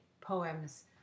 poems